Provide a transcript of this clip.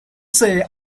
say